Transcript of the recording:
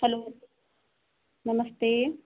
hello नमस्ते